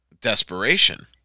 Desperation